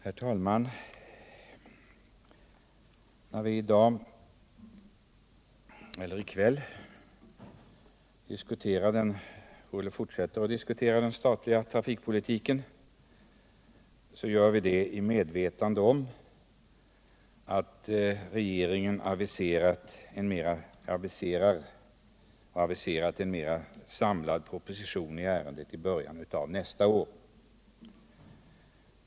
Herr talman! När vi i kväll fortsätter att diskutera den statliga trafikpolitiken, gör vi det i medvetande om att regeringen aviserat en samlad proposition i ärendet till i början av nästa år.